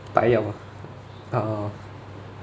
uh